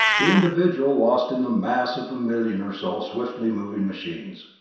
the individual lost in the mass of the million or so swiftly moving machines.